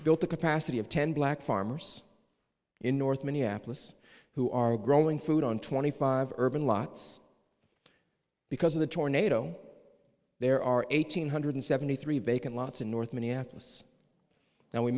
built the capacity of ten black farmers in north minneapolis who are growing food on twenty five urban lots because of the tornado there are eight hundred seventy three vacant lots in north minneapolis and we